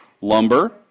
lumber